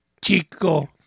Chico